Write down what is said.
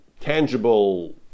tangible